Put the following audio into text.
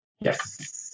Yes